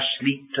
sleep